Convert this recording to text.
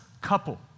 couple